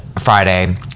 Friday